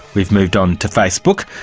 we've moved on to facebook,